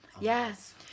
yes